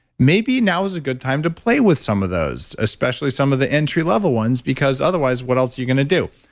maybe now's a good time to play with some of those especially some of the entry level ones because otherwise, what else you're going to do?